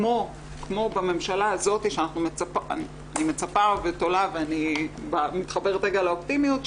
כמו בממשלה הזאת שאני מצפה ותולה ואני מתחברת רגע לאופטימיות,